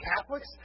Catholics